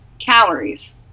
calories